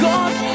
God